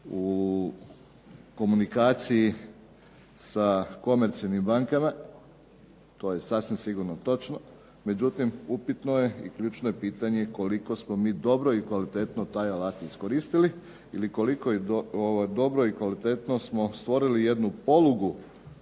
u komunikaciji sa komercijalnim bankama, to je sasvim sigurno točno. Međutim, upitno je i ključno je pitanje koliko smo mi dobro i kvalitetno taj alat iskoristili ili koliko dobro i kvalitetno smo stvorili jednu polugu